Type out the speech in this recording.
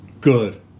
Good